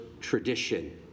tradition